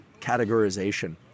categorization